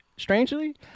Strangely